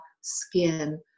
skin